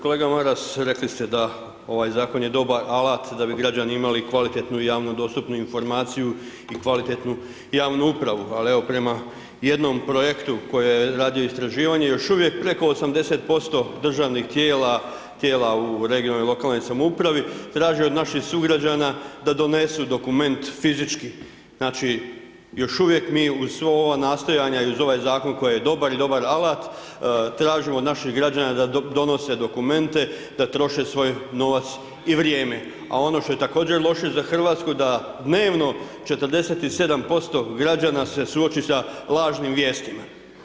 Kolega Maras, rekli ste da ovaj zakon je dobar alat da bi građanima imali kvalitetnu i javno dostupnu informaciju i kvalitetnu javnu upravu, ali evo prema jednom projektu koje je radio istraživanje još uvijek preko 80% državnih tijela, tijela u regionalnoj i lokalnoj samoupravi traži od naših sugrađana da donesu dokument fizički, znači još uvijek mi uz sva ova nastojanja i uz ovaj zakon koji je dobar i dobar alat, tražimo od naših građana da donose dokumente, da troše svoj novac i vrijeme, a ono što je također loše za Hrvatsku, da dnevno 47% građana se suoči sa lažnim vijestima.